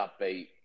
upbeat